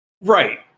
Right